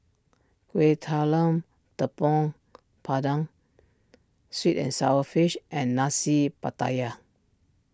Kueh Talam Tepong Pandan Sweet and Sour Fish and Nasi Pattaya